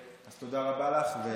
אז תודה רבה לך.